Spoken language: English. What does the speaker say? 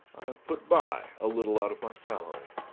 i have put by a little out of my salary.